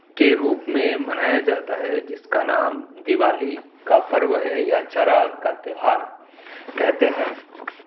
کے روپ منایا جاتا ہے جس کا نام دیوالی کا پرو ہے یا چراغ کا تہوار کہتے ہیں